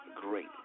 Great